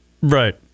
Right